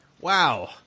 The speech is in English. Wow